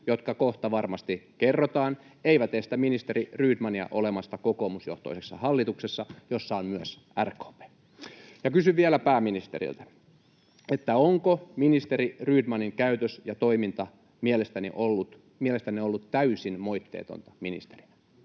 jotka kohta varmasti kerrotaan, eivät estä ministeri Rydmania olemasta kokoomusjohtoisessa hallituksessa, jossa on myös RKP. Kysyn vielä pääministeriltä: onko ministeri Rydmanin käytös ja toiminta mielestänne ollut täysin moitteetonta ministerinä?